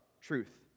truth